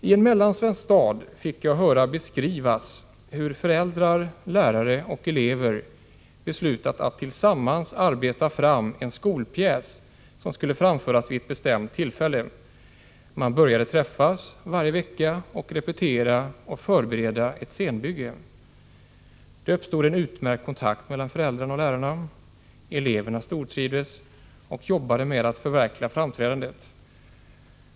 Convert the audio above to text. I en mellansvensk stad fick jag höra beskrivas hur föräldrar, lärare och elever hade beslutat att tillsammans arbeta fram en skolpjäs som skulle framföras vid ett bestämt tillfälle. Man började träffas varje vecka för att repetera och förbereda ett scenbygge. Det uppstod en utmärkt kontakt mellan föräldrar och lärare. Eleverna stortrivdes och arbetade med att förverkliga framträdandet.